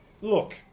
Look